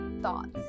thoughts